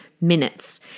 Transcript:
minutes